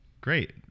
Great